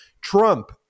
Trump